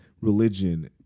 Religion